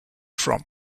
from